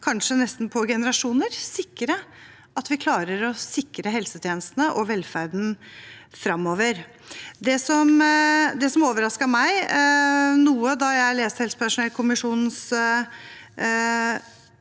kanskje på generasjoner, og sørge for at vi klarer å sikre helsetjenestene og velferden framover. Det som overrasket meg noe da jeg leste helsepersonellkommisjonens